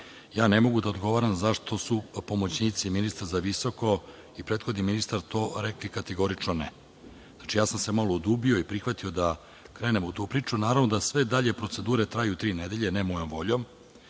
Ne mogu da odgovaram zašto su pomoćnici ministra za visoko i prethodni ministar tome rekli – kategorično ne. Malo sam se udubio i prihvatio da krenemo u tu priču. Naravno da sve dalje procedure traju tri nedelje ne mojom voljom. Zatim,